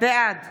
בעד